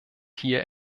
hier